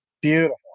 Beautiful